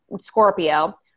Scorpio